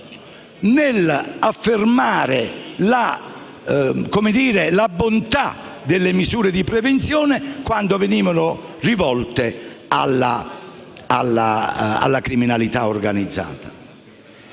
nell'affermare la bontà delle misure di prevenzione, quando venivano rivolte alla criminalità organizzata.